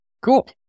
Cool